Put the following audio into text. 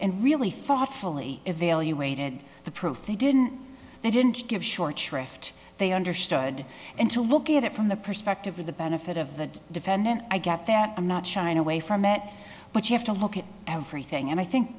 and really thoughtfully evaluated the proof they didn't they didn't give short shrift they understood and to look at it from the perspective of the benefit of the defendant i get that i'm not shying away from met but you have to look at everything and i think